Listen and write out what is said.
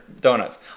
donuts